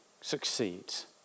succeeds